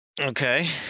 Okay